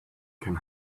can